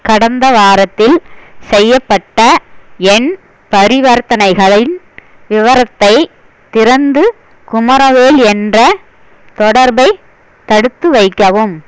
கடந்த வாரத்தில் செய்யப்பட்ட என் பரிவர்த்தனைகளின் விவரத்தை திறந்து குமரவேல் என்ற தொடர்பை தடுத்துவைக்கவும்